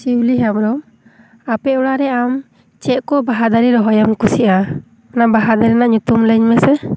ᱥᱤᱣᱩᱞᱤ ᱦᱮᱢᱵᱨᱚᱢ ᱟᱯᱮ ᱚᱲᱟᱜ ᱨᱮ ᱟᱢ ᱪᱮᱫ ᱠᱚ ᱵᱟᱦᱟ ᱫᱟᱨᱮ ᱨᱚᱦᱚᱭᱮᱢ ᱠᱩᱥᱤᱭᱟᱜᱼᱟ ᱚᱱᱟ ᱵᱟᱦᱟ ᱫᱟᱨᱮ ᱨᱮᱱᱟᱜ ᱧᱩᱛᱩᱢ ᱞᱟᱭᱟᱹᱧ ᱢᱮᱥᱮ